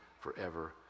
forever